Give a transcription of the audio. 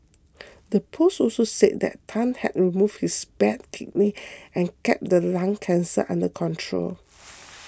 the post also said that Tan had removed his bad kidney and kept the lung cancer under control